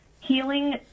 Healing